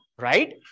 Right